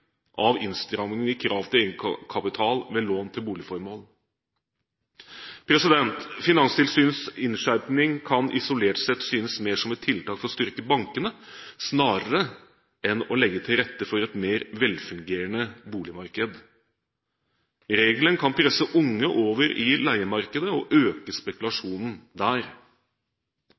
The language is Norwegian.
av innstrammingene i krav til egenkapital ved lån til boligformål. Finanstilsynets innskjerping kan isolert sett synes mer som et tiltak for å styrke bankene snarere enn å legge til rette for et mer velfungerende boligmarked. Regelen kan presse unge over i leiemarkedet og øke spekulasjonen der.